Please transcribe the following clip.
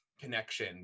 connection